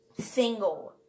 single